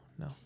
No